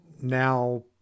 now